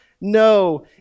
No